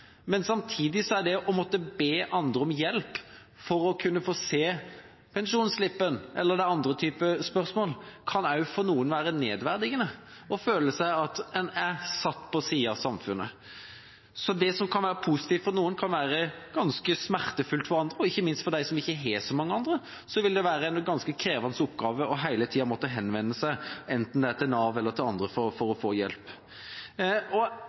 men samtidig kan det å måtte be andre om hjelp for å kunne få se pensjonsslippen – eller det er andre typer spørsmål – for noen være nedverdigende og en kan føle at en er satt på sidelinjen i samfunnet. Så det som kan være positivt for noen, kan være ganske smertefullt for andre. Og ikke minst for dem som ikke har så mange andre, vil det være en ganske krevende oppgave hele tida å måtte henvende seg enten til Nav eller til andre for å få hjelp.